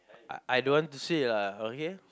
I I don't want to say lah okay